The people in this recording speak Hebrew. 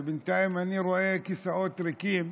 שבינתיים אני רואה שם כיסאות ריקים,